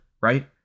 Right